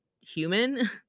human